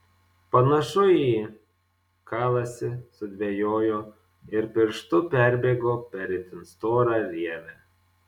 panašu į kalasi sudvejojo ir pirštu perbėgo per itin storą rievę